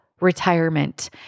retirement